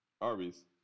Arby's